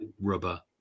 rubber